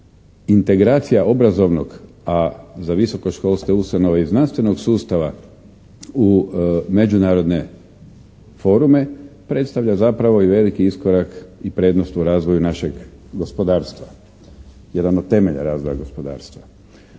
integracija obrazovnog, a za visoko školstvo … i znanstvenog sustava u međunarodne forume, predstavlja zapravo i veliki iskorak i prednost u razvoju našeg gospodarstva, jedan od temelja razvoja gospodarstva.